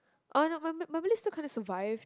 uh no my my malay still kind of survive